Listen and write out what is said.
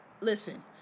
listen